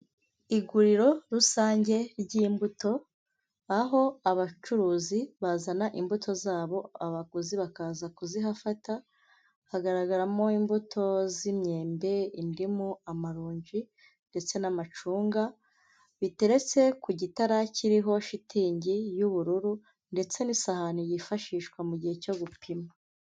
Iguriro rusange ry'imbuto aho abacuruzi bazana imbuto zabo abaguzi bakaza kuzihafata, hagaragaramo imbuto z'imyembe, indimu, amaronji ndetse n'amacunga, biteretse ku gitara kiriho shitingi y'ubururu ndetse n'isahani yifashishwa mu gihe cyo gupima.